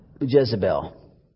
Jezebel